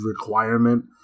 requirement